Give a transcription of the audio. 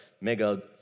mega